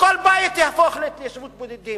וכל בית יהפוך להתיישבות בודדים.